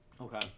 Okay